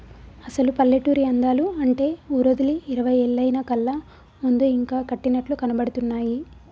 అసలు పల్లెటూరి అందాలు అంటే ఊరోదిలి ఇరవై ఏళ్లయినా కళ్ళ ముందు ఇంకా కట్టినట్లు కనబడుతున్నాయి